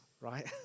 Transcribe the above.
right